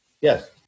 Yes